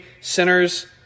sinners